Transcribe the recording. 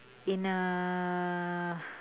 in uh